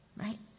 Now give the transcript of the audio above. Right